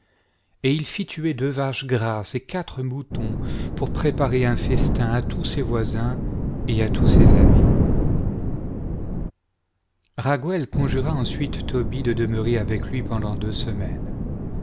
et il fit tuer deux vaches grasses et quatre moutons pour préparer un festin à tous ses voisins et à tous ses amis rago conjura ensuite tobie de demeurer avec lui pendant deux semaines